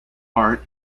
art